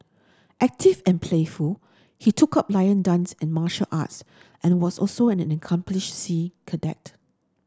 active and playful he took up lion dance and martial arts and was also an accomplished sea cadet